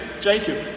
Jacob